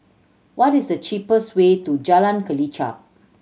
what is the cheapest way to Jalan Kelichap